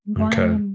Okay